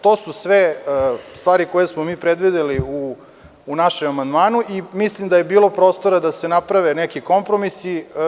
To su sve stvari koje smo mi predvideli u našem amandmanu, i mislim da je bilo prostora da se naprave neki kompromisi.